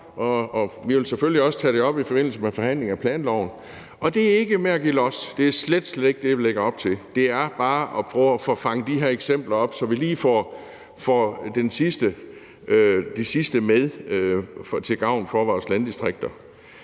Vi vil selvfølgelig også tage det op i forbindelse med forhandlingerne om planloven. Det er ikke noget med at give los. Det er slet, slet ikke det, vi lægger op til. Det er bare at prøve at fange de her eksempler op, så vi lige får de sidste med til gavn for vores landdistrikter.